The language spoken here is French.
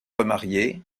remariée